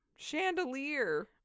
chandelier